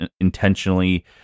intentionally